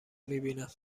میبینم